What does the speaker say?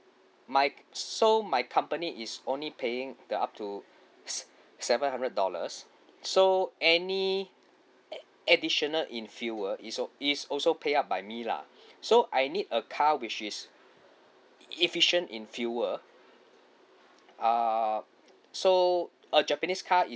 my so my company is only paying the up to se~ seven hundred dollars so any ad~ additional in fuel is al~ is also pay up by me lah so I need a car which is efficient in fuel uh so a japanese car is